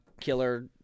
killer